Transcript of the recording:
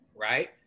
Right